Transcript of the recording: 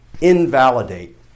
invalidate